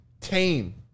tame